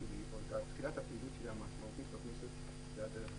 תחילת הפעילות המשמעותית שלי בכנסת הייתה דרך הוועדה.